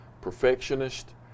perfectionist